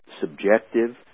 subjective